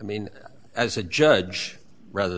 i mean as a judge rather